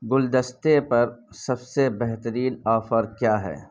گلدستے پر سب سے بہترین آفر کیا ہے